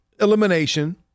elimination